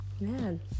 Man